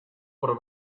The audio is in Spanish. por